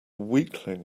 weakling